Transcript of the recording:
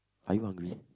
are you hungry